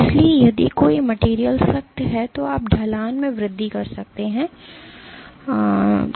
इसलिए यदि कोई मटेरियल सख्त है तो आप ढलान में वृद्धि कर सकते हैं